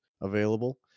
available